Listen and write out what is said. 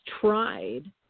tried